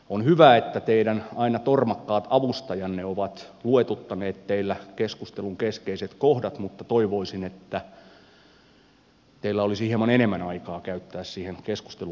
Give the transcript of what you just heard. on hyvä että teidän aina tormakkaat avustajanne ovat luetuttaneet teillä keskustelun keskeiset kohdat mutta toivoisin että teillä olisi hieman enemmän aikaa käyttää siihen keskustelun läpikäymiseen